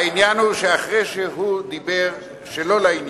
העניין הוא שאחרי שהוא דיבר שלא לעניין,